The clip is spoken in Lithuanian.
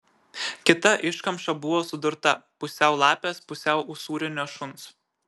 kita iškamša buvo sudurta pusiau lapės pusiau usūrinio šuns